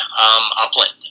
upland